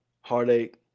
Heartache